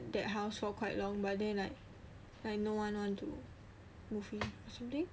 that house for quite long but then like like no one want to move in or something